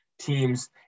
teams